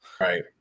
Right